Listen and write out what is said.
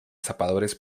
zapadores